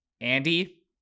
Andy